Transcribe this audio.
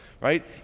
right